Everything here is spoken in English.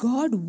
God